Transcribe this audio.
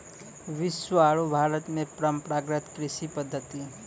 विश्व आरो भारत मॅ परंपरागत कृषि पद्धति